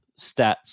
stats